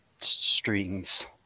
strings